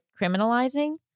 criminalizing